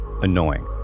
annoying